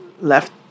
left